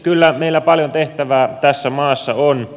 kyllä meillä paljon tehtävää tässä maassa on